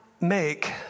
make